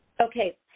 okay